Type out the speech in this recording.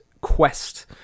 Quest